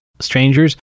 strangers